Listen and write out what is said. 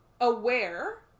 aware